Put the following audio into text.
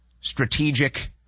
strategic